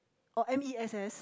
oh M_E_S_S